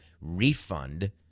refund